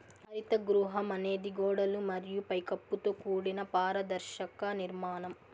హరిత గృహం అనేది గోడలు మరియు పై కప్పుతో కూడిన పారదర్శక నిర్మాణం